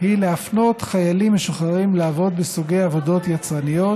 היא להפנות חיילים משוחררים לעבוד בסוגי עבודות יצרניות